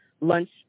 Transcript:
Lunch